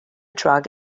drug